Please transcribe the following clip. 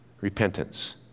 repentance